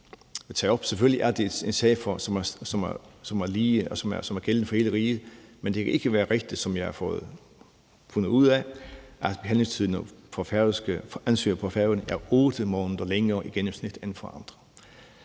Selvfølgelig er det en sag, som er på lige vilkår, og som er gældende for hele riget, men det kan ikke være rigtigt, som jeg har fundet ud af, at sagsbehandlingstiden for ansøgere på Færøerne er 8 måneder længere i gennemsnit end for andre.